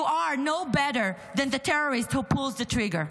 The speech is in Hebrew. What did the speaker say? you are no better than the terrorist who pulls the trigger.